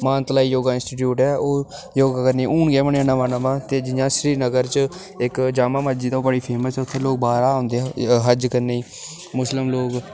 Mantalai yoga institute ऐ ओह् योगा करने गी हून गै बनेआ नमां नमां ते जि'यां सिरीनगर च इक्क जामा मस्जिद ऐ ओह् बड़ी मशहूर ऐ उत्थै लोक बाह्रा औंदे हज करने गी मुस्लिम लोग